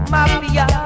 Mafia